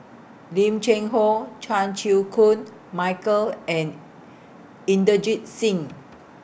Lim Cheng Hoe Chan Chew Koon Michael and Inderjit Singh